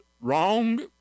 wrong